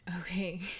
okay